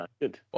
Good